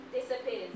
disappears